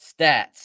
Stats